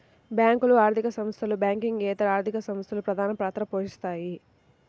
బ్యేంకులు, ఆర్థిక సంస్థలు, బ్యాంకింగేతర ఆర్థిక సంస్థలు ప్రధానపాత్ర పోషిత్తాయి